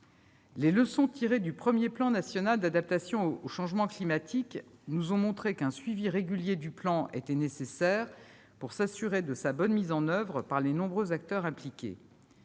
Les leçons tirées du premier plan national d'adaptation au changement climatique nous ont montré qu'un suivi régulier du plan était nécessaire pour s'assurer de sa bonne mise en oeuvre par les nombreux acteurs impliqués.